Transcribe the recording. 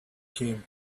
came